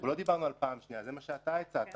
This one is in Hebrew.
לא דיברנו על פעם שנייה זה מה שאתה הצעת